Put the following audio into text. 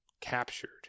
captured